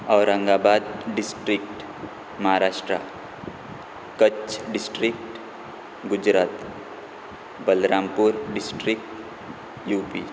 Aurangabad district Maharashtra Kutch district Gujarat Balrampur district U P